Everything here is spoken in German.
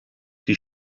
die